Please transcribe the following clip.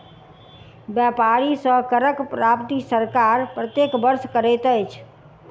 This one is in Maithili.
व्यापारी सॅ करक प्राप्ति सरकार प्रत्येक वर्ष करैत अछि